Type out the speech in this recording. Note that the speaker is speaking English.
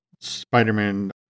Spider-Man